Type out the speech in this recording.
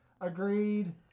Agreed